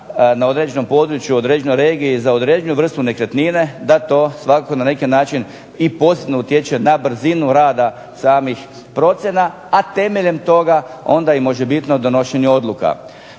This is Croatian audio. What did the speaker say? na određenom području, određenoj regiji za određenu vrstu nekretnine da to svakako na neki način i posebno utječe na brzinu rada samih procjena, a temeljem toga onda i možebitno donošenje odluka.